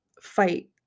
fight